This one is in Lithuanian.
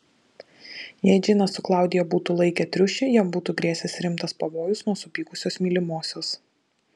jei džinas su klaudija būtų laikę triušį jam būtų grėsęs rimtas pavojus nuo supykusios mylimosios